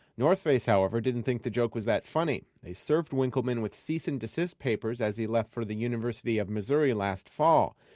north face however didn't think the joke was that funny. they served winkelmann with cease and desist papers as he left for the university of missouri last fall.